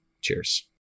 Cheers